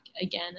again